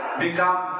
become